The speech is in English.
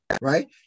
right